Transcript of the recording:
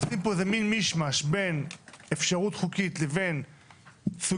עושים פה איזה מן מישמש בין אפשרות חוקית לבין סוגיות